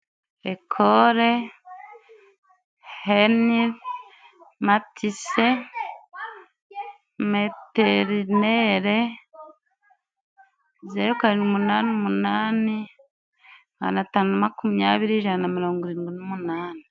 Ekole henematise meterinere ,zeru karindwi umunane umunane, magana atanu na makumyabiri, ijana na mirongo irindwi n'umunane.